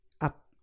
up